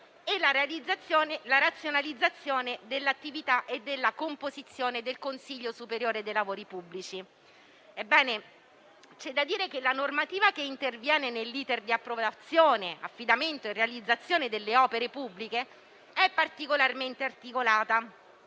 e la razionalizzazione dell'attività e della composizione del Consiglio superiore dei lavori pubblici. Ebbene, c'è da dire che la normativa che interviene nell'*iter* di approvazione, affidamento e realizzazione delle opere pubbliche è particolarmente articolata